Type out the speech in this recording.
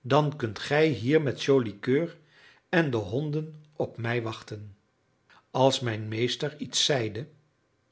dan kunt gij hier met joli coeur en de honden op mij wachten als mijn meester iets zeide